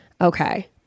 Okay